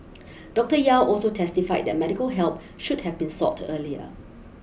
Doctor Yew also testified that medical help should have been sought earlier